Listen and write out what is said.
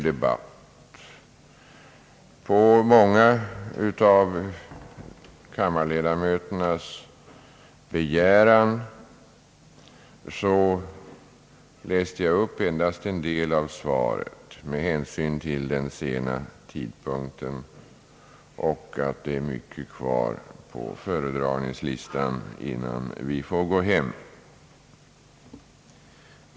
På begäran av många kammarledamöter läste jag med hänsyn till den sena tidpunkten endast upp en del av svaret; det återstår ju många ärenden att behandla innan vi får gå hem.